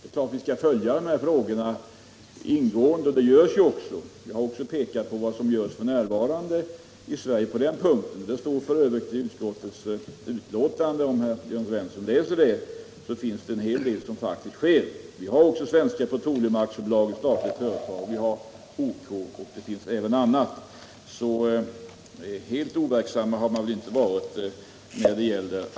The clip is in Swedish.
Självfallet skall vi följa frågorna ingående, och det sker ju. Vi har pekat på det som görs f.n. i Sverige på den punkten — det står f. ö. skrivet i utskottsbetänkandet, och Jörn Svensson kan läsa det där.